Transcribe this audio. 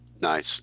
Nice